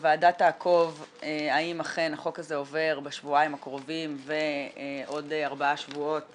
הוועדה תעקוב האם אכן החוק הזה עובר בשבועיים הקרובים ועוד ארבעה שבועות